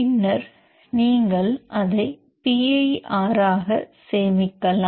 பின்னர் நீங்கள் அதை PIR ஆக சேமிக்கலாம்